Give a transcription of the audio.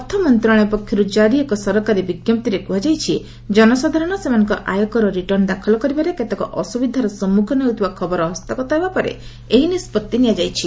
ଅର୍ଥ ମନ୍ତ୍ରଣାଳୟ ପକ୍ଷରୁ ଜାରି ଏକ ସରକାରୀ ବିଜ୍ଞପ୍ତିରେ କୁହାଯାଇଛି କନସାଧାରଣ ସେମାନଙ୍କ ଆୟକର ରିଟର୍ଣ୍ଣ ଦାଖଲ କରିବାରେ କେତେକ ଅସୁବିଧାର ସମ୍ମୁଖୀନ ହେଉଥିବା ଖବର ହସ୍ତଗତ ହେବା ପରେ ଏହି ନିଷ୍ପଭି ନିଆଯାଇଛି